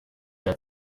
der